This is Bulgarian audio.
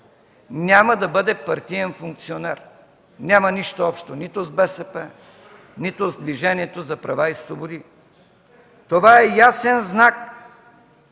няма да бъде партиен функционер, няма нищо общо нито с БСП, нито с Движението за права и свободи. Това е ясен знак,